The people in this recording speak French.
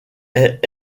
est